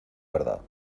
verdad